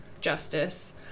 justice